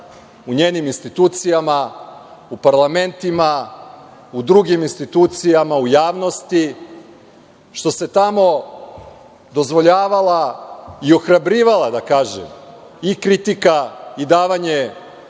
u njenim institucijama, u parlamentima, u drugim institucijama, u javnosti, što se tamo dozvoljava i ohrabrivala, da kažem, i kritika i davanje